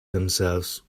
themselves